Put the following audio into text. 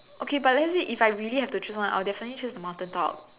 okay but let's say if I really have to choose one I would definitely choose mountain top